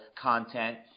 content